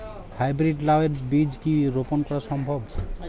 High breed লাও এর বীজ কি রোপন করা সম্ভব?